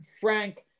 Frank